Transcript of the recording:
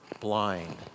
blind